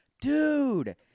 dude